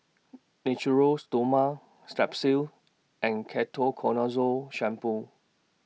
Natura Stoma Strepsils and Ketoconazole Shampoo